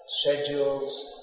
schedules